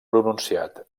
pronunciat